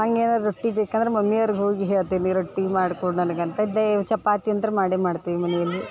ಹಂಗೆ ಏನಾರೂ ರೊಟ್ಟಿ ಬೇಕಂದ್ರೆ ಮಮ್ಮಿ ಅವ್ರ್ಗೆ ಹೋಗಿ ಹೇಳ್ತೀನಿ ರೊಟ್ಟಿ ಮಾಡ್ಕೊಡು ನನಗೆ ಅಂತ ದೇ ಚಪಾತಿ ಅಂತ್ರೂ ಮಾಡೇ ಮಾಡ್ತೀವಿ ಮನೆಯಲ್ಲಿ